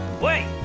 wait